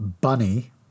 bunny